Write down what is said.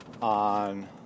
on